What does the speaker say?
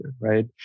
right